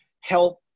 help